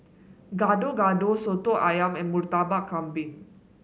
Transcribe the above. Gado Gado Soto ayam and Murtabak Kambing